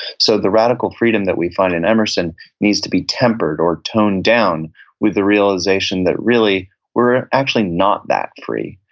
so the radical freedom that we find in emerson needs to be tempered or toned down with the realization that really we're actually not that free,